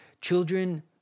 children